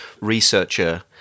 researcher